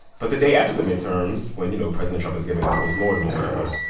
but the day after the midterms when, you know, president trump is giving a postmortem or whatever,